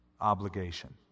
obligation